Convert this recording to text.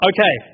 Okay